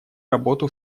работу